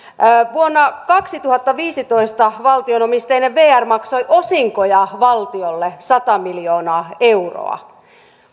vuonna kaksituhattaviisitoista valtio omisteinen vr maksoi osinkoja valtiolle sata miljoonaa euroa